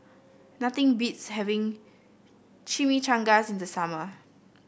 nothing beats having Chimichangas in the summer